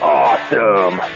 awesome